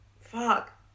Fuck